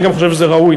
אני גם חושב שזה ראוי,